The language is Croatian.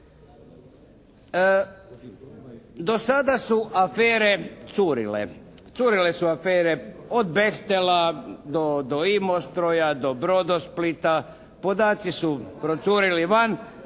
Do sada su afere curile. Curile su afere od Bechtela do Imostroja, do Brodosplita. Podaci su procurili van.